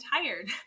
tired